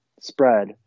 spread